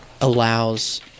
allows